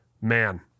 man